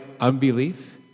unbelief